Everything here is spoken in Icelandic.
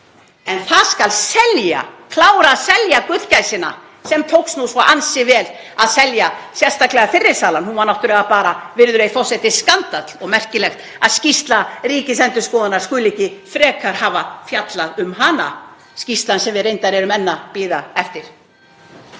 en það skal selja, klára að selja gullgæsina sem tókst svo ansi vel að selja, sérstaklega fyrri salan. Hún var náttúrulega bara skandall, virðulegur forseti, og merkilegt að skýrsla Ríkisendurskoðunar skuli ekki frekar hafa fjallað um hana. Skýrslan sem við reyndar erum enn að bíða eftir.